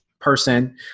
person